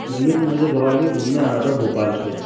भैया मुझे ग्वालियर घूमने आना था भोपाल से